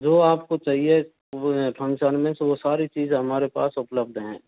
जो आपको चाहिए वो है फंगक्शन में वो सारी चीज़ें हमारे पास उपलब्ध है